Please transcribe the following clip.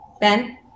Ben